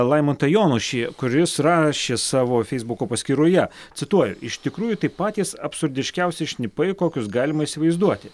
laimontą jonušį kuris rašė savo feisbuko paskyroje cituoju iš tikrųjų tai patys absurdiškiausi šnipai kokius galima įsivaizduoti